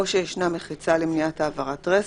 או שישנה מחיצה למניעת העברת רסס,